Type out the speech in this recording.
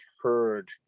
heard